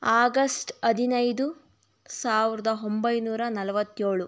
August ಹದಿನೈದು ಸಾವಿರದ ಒಂಬೈನೂರ ನಲವತ್ತೇಳು